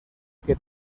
que